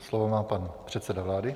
Slovo má pan předseda vlády.